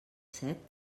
set